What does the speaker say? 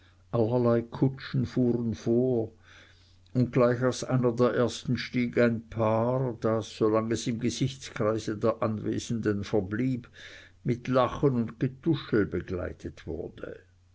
kutschen fuhren vor und gleich aus einer der ersten stieg ein paar das solang es im gesichtskreise der anwesenden verblieb mit lachen und getuschel begleitet wurde